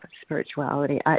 spirituality